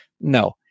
No